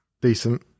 decent